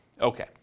Okay